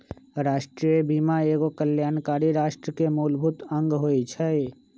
राष्ट्रीय बीमा एगो कल्याणकारी राष्ट्र के मूलभूत अङग होइ छइ